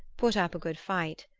put up a good fight.